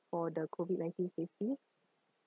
for the COVID ninteen safety